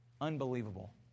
Unbelievable